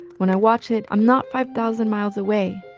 when i watch it, i'm not five thousand miles away.